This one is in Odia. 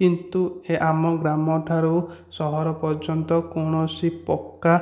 କିନ୍ତୁ ଏ ଆମ ଗ୍ରାମ ଠାରୁ ସହର ପର୍ଯ୍ୟନ୍ତ କୌଣସି ପକ୍କା